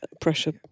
pressure